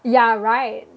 ya right